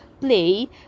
play